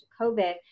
COVID